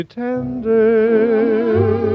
tender